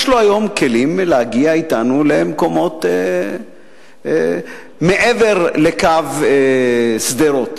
יש לו היום כלים להגיע למקומות מעבר לקו שדרות.